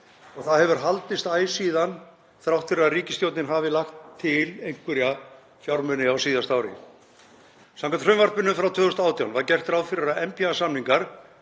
og það hefur haldist æ síðan þrátt fyrir að ríkisstjórnin hafi lagt til einhverja fjármuni á síðasta ári. Samkvæmt frumvarpinu frá 2018 var gert ráð fyrir að NPA-samningar,